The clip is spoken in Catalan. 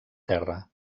terra